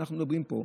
שאנחנו מדברים פה,